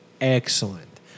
Excellent